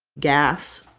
gas.